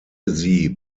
sie